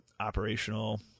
operational